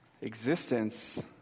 existence